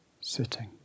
sitting